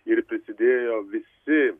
ir prisidėjo visi